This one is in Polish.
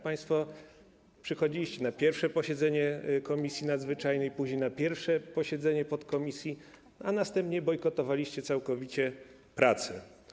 Państwo przychodziliście na pierwsze posiedzenie komisji nadzwyczajnej, później na pierwsze posiedzenie podkomisji, a następnie bojkotowaliście całkowicie prace.